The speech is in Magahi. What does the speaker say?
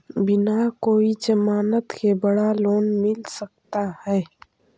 बिना कोई जमानत के बड़ा लोन मिल सकता है?